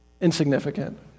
insignificant